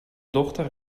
dochter